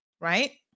right